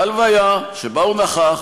בהלוויה, שבה הוא נכח,